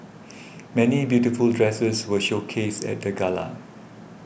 many beautiful dresses were showcased at the gala